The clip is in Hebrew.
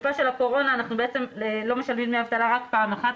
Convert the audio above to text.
בתקופה של הקורונה אנחנו בעצם לא משלמים דמי אבטלה רק פעם אחת,